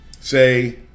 say